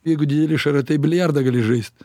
jeigu dideli šratai biliardą gali žaist